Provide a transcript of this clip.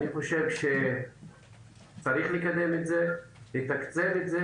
אני חושב שצריך לקדם ולתקצב את זה,